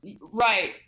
Right